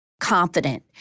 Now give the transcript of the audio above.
confident